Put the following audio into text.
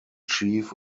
chief